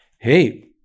hey